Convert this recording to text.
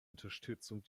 unterstützung